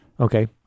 Okay